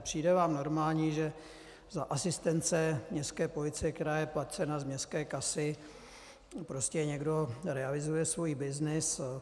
Přijde vám normální, že za asistence městské policie, která je placena z městské kasy, někdo realizuje svůj byznys?